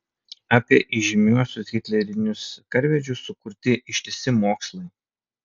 apie įžymiuosius hitlerinius karvedžius sukurti ištisi mokslai